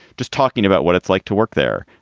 just talking about what it's like to work there.